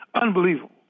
unbelievable